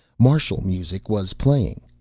martial music was playing.